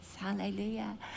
Hallelujah